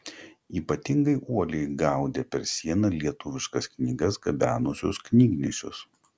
ypatingai uoliai gaudė per sieną lietuviškas knygas gabenusius knygnešius